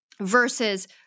versus